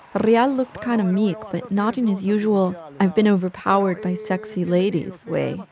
but yeah looked kind of meek but not in his usual i've been overpowered by sexy ladies way.